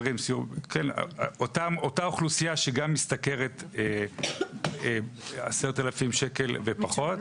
אותה אוכלוסייה שגם משתכרת 10,000 שקל ופחות,